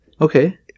okay